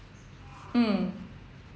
mm